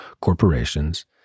corporations